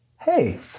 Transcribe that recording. hey